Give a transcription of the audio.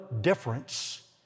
difference